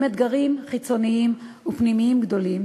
עם אתגרים חיצוניים ופנימיים גדולים,